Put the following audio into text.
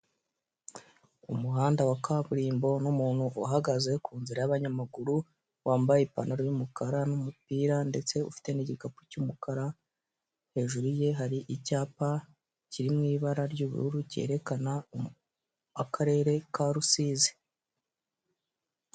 Umuhanda wa kaburimbo n'umuntu uhagaze ku nzira y'abanyamaguru wambaye ipantaro y'umukara n'umupira ndetse ufite n'igikapu cy'umukara, hejuru ye hari icyapa kiri mu ibara ry'ubururu kerekana akarere ka Rusizi.